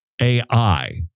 AI